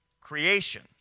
creation